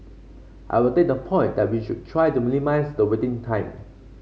I will take the point that we should try to minimise the waiting time